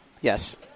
Yes